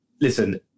listen